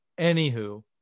Anywho